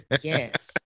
Yes